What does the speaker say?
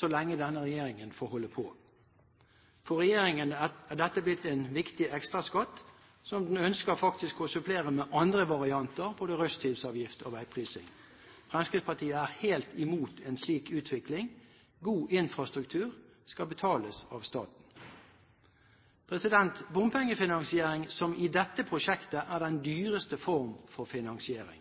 så lenge denne regjeringen får holde på. For regjeringen er dette blitt en viktig ekstraskatt som den ønsker å supplere med andre varianter: både rushtidsavgift og veiprising. Fremskrittspartiet er helt imot en slik utvikling. God infrastruktur skal betales av staten. Bompengefinansiering, som i dette prosjektet, er den dyreste form for finansiering.